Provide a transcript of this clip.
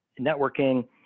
networking